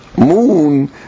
moon